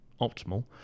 optimal